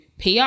PR